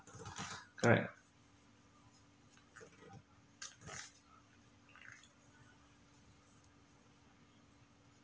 correct